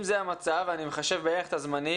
אם זה המצב, אני מחשב בערך את הזמנים.